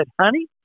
honey